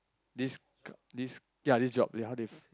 this k~ this ya this job how they f~